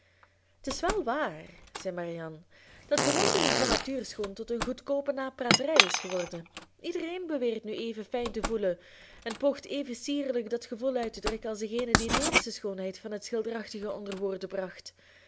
t is wèl waar zei marianne dat bewondering van natuurschoon tot een goedkoope napraterij is geworden iedereen beweert nu even fijn te voelen en poogt even sierlijk dat gevoel uit te drukken als degene die het eerst de schoonheid van het schilderachtige onder woorden bracht